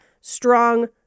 strong